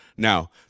Now